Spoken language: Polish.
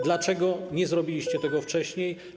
Dlaczego nie zrobiliście tego wcześniej?